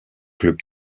club